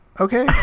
Okay